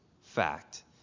Fact